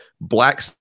Black